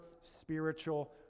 spiritual